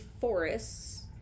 forests